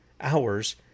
hours